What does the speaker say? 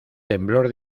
temblor